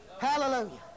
Hallelujah